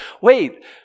wait